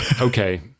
Okay